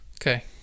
Okay